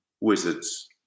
wizards